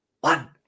one